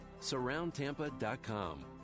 Surroundtampa.com